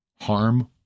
harm